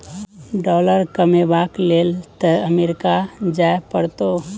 dollar comeback लेल तए America जाय परतौ